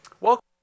welcome